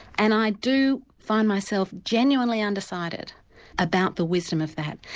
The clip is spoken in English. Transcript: and i do find myself genuinely undecided about the wisdom of that.